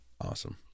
Awesome